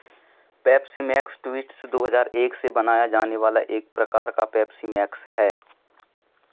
Pepsi Max tweets दो हज़ार एक से बनाया जाने वाला एक प्रकार का पेप्सी मैक्स है